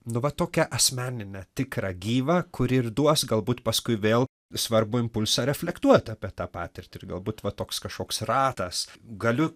nu va tokią asmeninę tikrą gyvą kuri ir duos galbūt paskui vėl svarbų impulsą reflektuoti apie tą patirtį ir galbūt va toks kažkoks ratas galiu